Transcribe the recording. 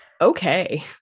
Okay